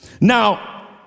Now